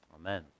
Amen